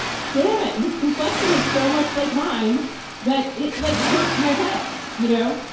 damn it, his complexion is so much like mine that it, like, hurt my head, you know.